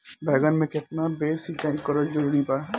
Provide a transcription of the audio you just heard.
बैगन में केतना बेर सिचाई करल जरूरी बा?